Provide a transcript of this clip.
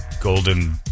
Golden